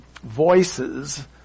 voices